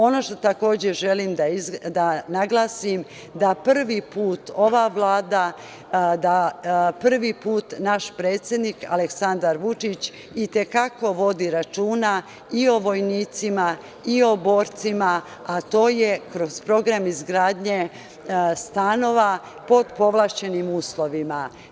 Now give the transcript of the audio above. Ono što takođe želim da naglasim je da prvi put ova Vlada, da prvi put naš predsednik Aleksandar Vučić i te kako vodi računa i o vojnicima i o borcima, a to je kroz program izgradnje stanova pod povlašćenim uslovima.